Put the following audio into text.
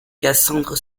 cassandre